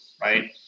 Right